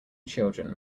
children